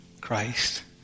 Christ